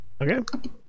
Okay